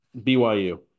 byu